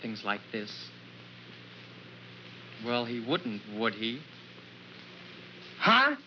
things like this well he wouldn't